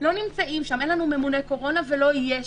נמצאים שם, אין לנו ממונה קורונה ולא יהיה שם.